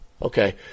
Okay